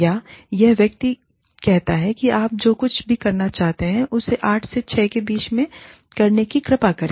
या यह व्यक्ति कहता है कि आप जो कुछ भी करना चाहते हैं उसे सुबह 8 से शाम 6 बजे के बीच करने की कृपा करें